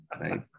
right